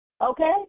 okay